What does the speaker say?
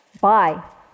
bye